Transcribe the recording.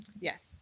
yes